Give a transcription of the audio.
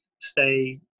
stay